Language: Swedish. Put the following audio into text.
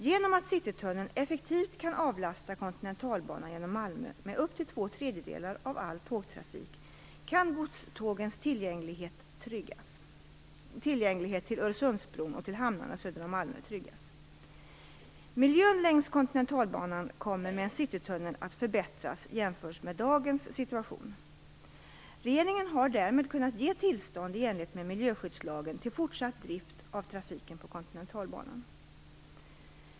Genom att Citytunneln effektivt kan avlasta Kontinentalbanan genom Malmö med upp till två tredjedelar av alla tågtrafik kan godstågens tillgänglighet till Öresundsbron och till hamnarna söder om Malmö tryggas. Miljön längs Kontinentalbanan kommer med en citytunnel att förbättras jämfört med dagens situation. Regeringen har därmed kunnat ge tillstånd i enlighet med miljöskyddslagen till fortsatt drift av trafiken på Kontinentalbanan.